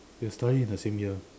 we got study in the same year